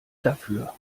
dafür